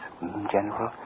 General